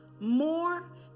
More